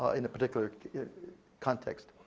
ah in a particular context.